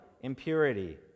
impurity